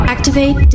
Activate